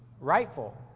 rightful